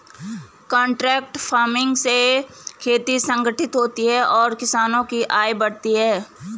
contract farming से खेती संगठित होती है और किसानों की आय बढ़ती है